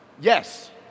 yes